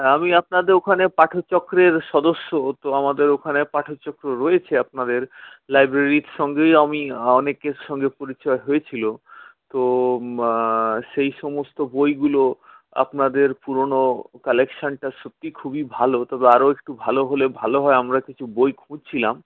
হ্যাঁ আমি আপনাদের ওইখানে পাঠক চক্রের সদস্য তো আমাদের ওইখানে পাঠক চক্র রয়েছে আপনাদের লাইব্রেরির সঙ্গেই আমি অনেকের সঙ্গে পরিচয় হয়েছিল তো সেই সমস্ত বইগুলো আপনাদের পুরনো কালেকশনটা সত্যি খুবই ভালো তবে আরও একটু ভালো হলে ভালো হয় আমরা কিছু বই খুঁজছিলাম